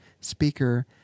speaker